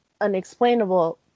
unexplainable